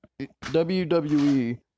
WWE